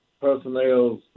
personnel